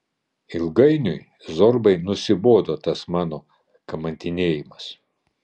ilgainiui zorbai nusibodo tas mano kamantinėjimas